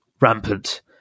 rampant